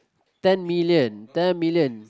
ten million ten million